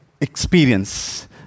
experience